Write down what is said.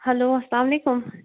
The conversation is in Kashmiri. ہیٚلو اَلسلام علیکُم